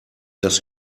dass